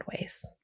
ways